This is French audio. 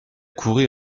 courait